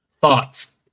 Thoughts